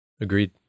Agreed